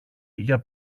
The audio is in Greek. για